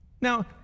Now